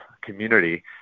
community